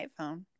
iPhone